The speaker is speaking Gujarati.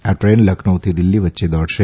આ ટ્રેન લખનૌથી દિલ્હી વચ્ચે દોડશે